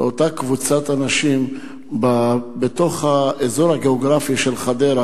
לאותה קבוצת אנשים בתוך האזור הגיאוגרפי של חדרה.